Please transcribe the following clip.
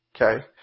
Okay